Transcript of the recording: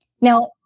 Now